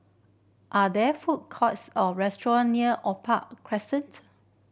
are there food courts or restaurant near Opal Crescent